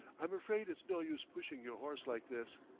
i'm afraid it's no use pushing your horse like this.